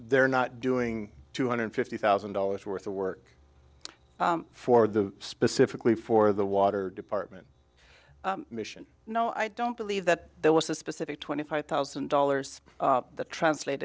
they're not doing two hundred fifty thousand dollars worth of work for the specifically for the water department mission no i don't believe that there was a specific twenty five thousand dollars that translate